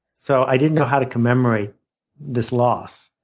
so i didn't know how to commemorate this loss.